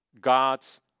God's